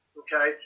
okay